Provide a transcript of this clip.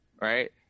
Right